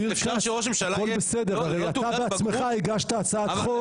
אפשר שראש ממשלה יהיה לא תעודת בגרות,